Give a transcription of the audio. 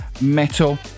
metal